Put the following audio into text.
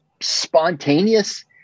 spontaneous